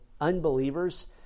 unbelievers